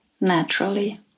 naturally